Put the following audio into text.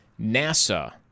NASA